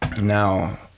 Now